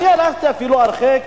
אני הלכתי הרחק,